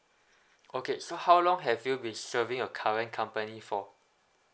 okay so how long have you been serving your current company for